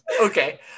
Okay